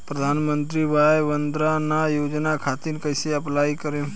प्रधानमंत्री वय वन्द ना योजना खातिर कइसे अप्लाई करेम?